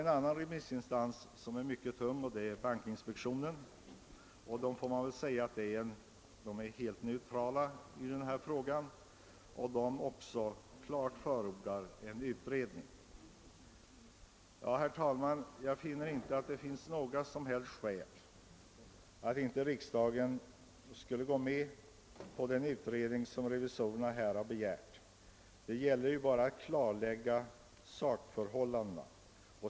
En annan tung remissinstans är bankinspektionen, som också har förordat en utredning. Jag finner att det inte föreligger några skäl för att riksdagen skulle säga nej till den utredning som revisorerna begärt. Det gäller ju bara ett klarläggande av sakförhållandena.